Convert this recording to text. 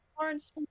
Lawrence